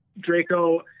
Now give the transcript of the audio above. Draco